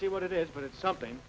it what it is but it's something